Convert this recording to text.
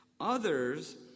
Others